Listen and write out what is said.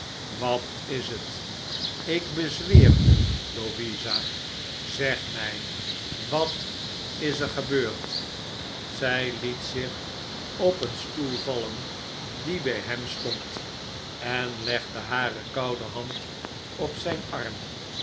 wat is het ik bezweer u louisa zeg mij wat is er gebeurd zij liet zich op een stoel vallen die bij hem stond en legde hare koude hand op zijn arm